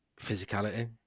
physicality